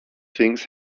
things